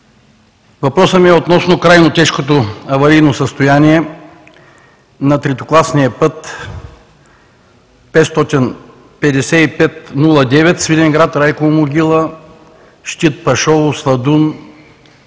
Въпросът ми е относно крайно тежкото аварийно състояние на третокласния път 5509 Свиленград – Райкова могила – Щит – Пашово – Сладун